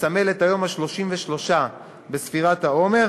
מסמל את היום ה-33 בספירת העומר,